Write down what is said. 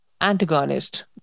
antagonist